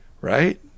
right